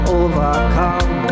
overcome